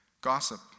Gossip